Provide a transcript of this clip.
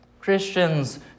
Christians